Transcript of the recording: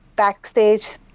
backstage